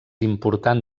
important